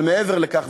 אבל מעבר לכך,